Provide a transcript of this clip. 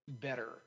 better